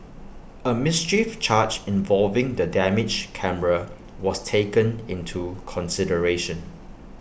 A mischief charge involving the damaged camera was taken into consideration